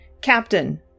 Captain